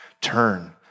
Turn